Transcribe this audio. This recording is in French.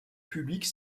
publique